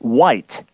white